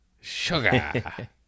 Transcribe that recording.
Sugar